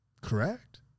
correct